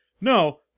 no